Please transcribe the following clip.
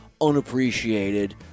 unappreciated